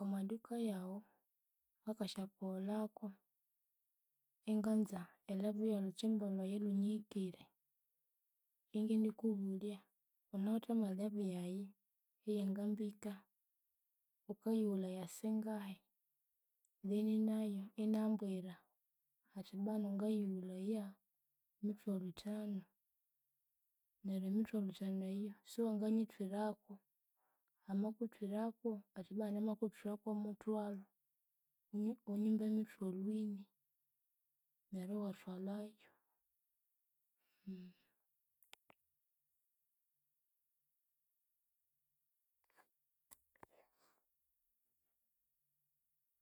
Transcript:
Omwaduka yawu ngakasyakughulhaku inganza e level yolhukyimba lwayi olhunyihikire ingindikubulya wunawithe mwelevel yayi eyangambika wukayiwulaya singahi then nayu inambwira athi bwanu ngayiwulaya mithwalu ithanu neryu emithwalhu ithanu eyu siwanganyithwiraku? Amakuthwiraku athi bwanu namakuthwiraku muthwalu wunyimbe mithwalu ini neryu iwathwalayu